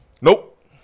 Nope